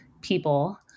people